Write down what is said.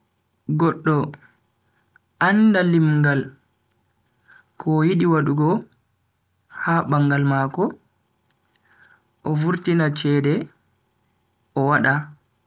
Goddo anda limngal ko o yidi wadugo ha bangal mako, o vurtina cede o wada.